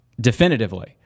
definitively